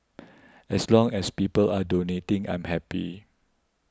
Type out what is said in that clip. as long as people are donating I'm happy